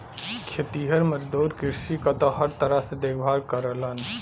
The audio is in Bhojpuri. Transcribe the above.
खेतिहर मजदूर कृषि क हर तरह से देखभाल करलन